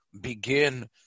begin